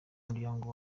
muryango